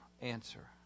answer